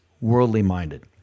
worldly-minded